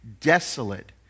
desolate